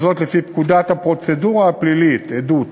וזאת לפי פקודת הפרוצדורה הפלילית (עדות).